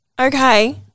Okay